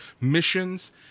missions